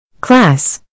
Class